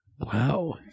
Wow